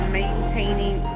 maintaining